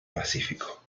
pacífico